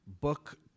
book